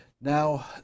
Now